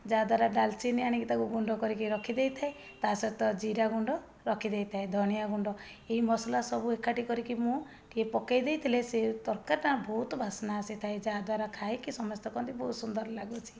ଯାହାଦ୍ଵାରା ଡାଲଚିନି ଆଣିକି ତାକୁ ଗୁଣ୍ଡ କରିକି ରଖି ଦେଇଥାଏ ତା ସହିତ ଜିରା ଗୁଣ୍ଡ ରଖି ଦେଇଥାଏ ଧନିଆ ଗୁଣ୍ଡ ଏଇ ମସଲା ସବୁ ଏକାଠି କରିକି ମୁଁ ଟିକେ ପକେଇ ଦେଇଥିଲେ ସେ ତରକାରୀଟା ନା ବହୁତ ବାସ୍ନା ଆସିଥାଏ ଯାହାଦ୍ଵାରା ଖାଇକି ସମସ୍ତେ କହନ୍ତି ବହୁତ ସୁନ୍ଦର ଲାଗୁଛି